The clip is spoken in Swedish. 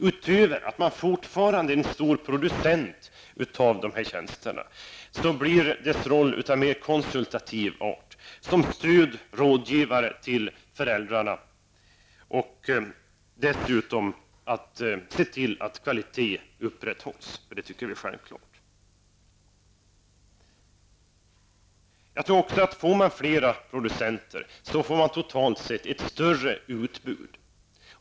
Utöver att man fortfarande är en stor producent av dessa tjänster blir dess roll av mer konsultativ art som stöd och rådgivare till föräldrar. Dessutom skall man se till att kvalitén upprätthålls. Det tycker vi är självklart. Får man flera producenter får man totalt sett ett större utbud.